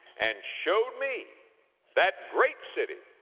and showed me that great city,